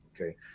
okay